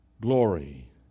glory